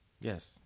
Yes